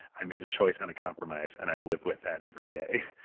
i made a choice and a compromise and i live with that every day.